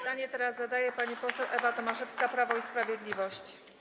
Pytanie teraz zadaje pani poseł Ewa Tomaszewska, Prawo i Sprawiedliwość.